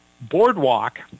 Boardwalk